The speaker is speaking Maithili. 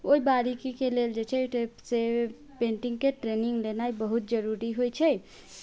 ओहि बारीकीके लेल जे छै से पेंटिङ्गके ट्रेनिङ्ग लेनाइ बहुत जरूरी होइत छै